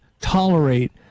tolerate